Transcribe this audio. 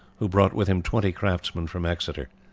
who brought with him twenty craftsmen from exeter.